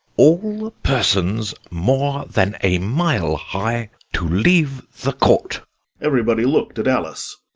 all persons more than a mile high to leave the court everybody looked at alice.